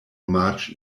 march